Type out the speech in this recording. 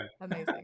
Amazing